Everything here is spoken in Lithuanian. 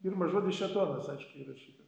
pirmas žodis šėtonas aišku įrašytas